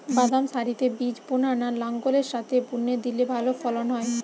বাদাম সারিতে বীজ বোনা না লাঙ্গলের সাথে বুনে দিলে ভালো ফলন হয়?